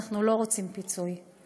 אנחנו לא רוצים פיצוי,